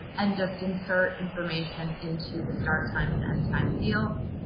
and just insert information into the start time and end time fields.